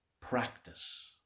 practice